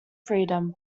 freedom